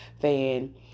fan